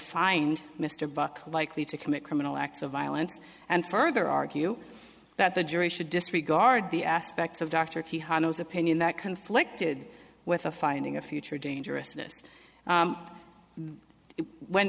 find mr buck likely to commit criminal acts of violence and further argue that the jury should disregard the aspects of dr key harlow's opinion that conflicted with a finding of future dangerousness when